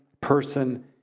person